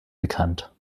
bekannt